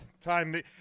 time